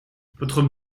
votre